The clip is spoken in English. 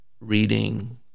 Reading